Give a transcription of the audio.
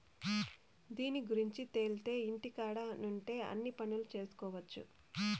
దీని గురుంచి తెలిత్తే ఇంటికాడ నుండే అన్ని పనులు చేసుకొవచ్చు